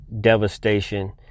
Devastation